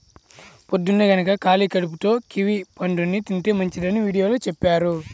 పొద్దన్నే గనక ఖాళీ కడుపుతో కివీ పండుని తింటే మంచిదని వీడియోలో చెప్పారు